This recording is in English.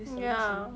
ya